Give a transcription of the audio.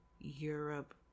Europe